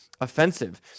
offensive